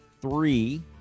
three